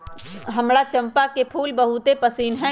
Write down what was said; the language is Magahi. हमरा चंपा के फूल बहुते पसिन्न हइ